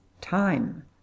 time